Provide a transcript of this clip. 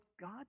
God